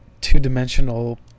two-dimensional